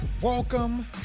Welcome